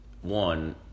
one